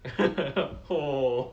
!whoa!